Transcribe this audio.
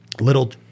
little